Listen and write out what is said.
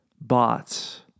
bots